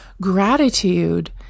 gratitude